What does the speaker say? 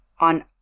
on